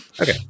Okay